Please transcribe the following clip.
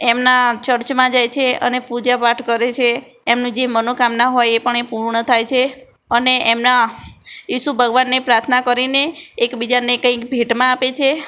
એમનાં ચર્ચમાં જાય છે અને પૂજા પાઠ કરે છે એમનું જે મનોકામના હોય એ પણ એ પૂર્ણ થાય છે અને એમના ઈશુ ભગવાનને પ્રાર્થના કરીને એકબીજાને કંઇક ભેંટમાં આપે છે